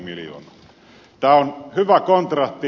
tämä on hyvä kontrahti